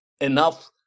enough